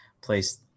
place